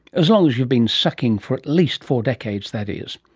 as long as you've been sucking for at least four decades, that is.